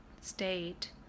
state